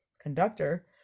conductor